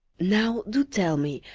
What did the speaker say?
now, do tell me,